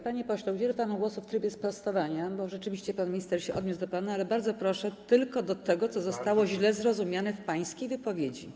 Panie pośle, udzielę panu głosu w trybie sprostowania, bo rzeczywiście pan minister odniósł się do pana, ale bardzo proszę tylko na temat tego, co zostało źle zrozumiane w pańskiej wypowiedzi.